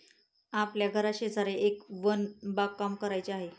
आपल्या घराशेजारी एक वन बागकाम करायचे आहे